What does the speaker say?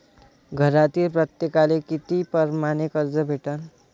घरातील प्रत्येकाले किती परमाने कर्ज भेटन?